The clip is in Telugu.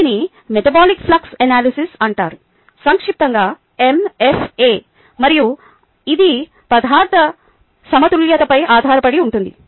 దీనిని మెటబాలిక్ ఫ్లక్స్ అనాలిసిస్ అంటారు సంక్షిప్తంగా MFA మరియు ఇది పదార్థ సమతుల్యతపై ఆధారపడి ఉంటుంది